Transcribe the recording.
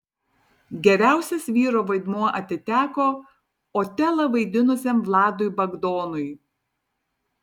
geriausias vyro vaidmuo atiteko otelą vaidinusiam vladui bagdonui